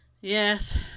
Yes